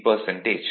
3